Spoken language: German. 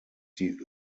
die